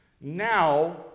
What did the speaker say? now